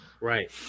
Right